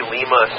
Lima